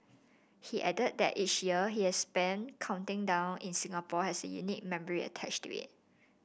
he added that each year he has spent counting down in Singapore has a unique memory attached to it